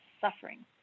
suffering